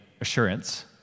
assurance